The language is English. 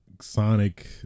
Sonic